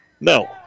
No